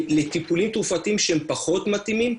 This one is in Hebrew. לטיפולים תרופתיים שהם פחות מתאימים,